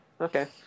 Okay